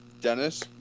Dennis